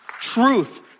Truth